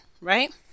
right